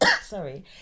sorry